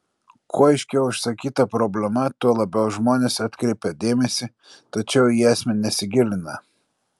kuo aiškiau išsakyta problema tuo labiau žmonės atkreipia dėmesį tačiau į esmę nesigilina